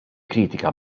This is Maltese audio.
kritika